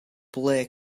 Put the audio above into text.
ble